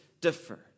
deferred